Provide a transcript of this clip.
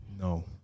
No